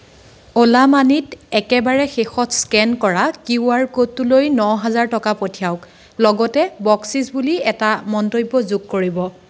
অ'লা মানিত একেবাৰে শেষত স্কেন কৰা কিউ আৰ ক'ডটোলৈ ন হাজাৰ টকা পঠিয়াওক লগতে বকচিচ বুলি এটা মন্তব্য যোগ কৰিব